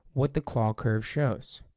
what the claw curve shows.